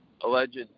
alleged